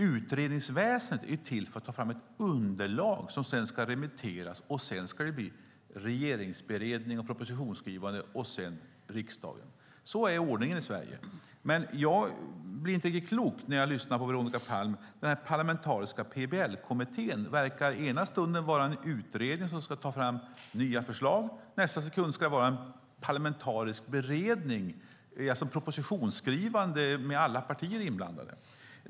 Utredningsväsendet är till för att ta fram ett underlag som sedan ska remitteras. Sedan ska det bli regeringsberedning och propositionsskrivande, och sedan ska det till riksdagen. Sådan är ordningen i Sverige. Jag blir inte riktigt klok på vad Veronica Palm menar. Den parlamentariska PBL-kommittén verkar ena stunden vara en utredning som ska ta fram nya förslag, men nästa stund verkar den vara en parlamentarisk beredning, ett slags propositionsskrivande med alla partier inblandade.